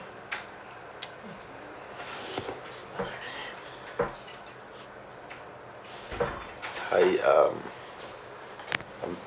hi um